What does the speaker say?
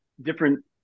different